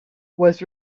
was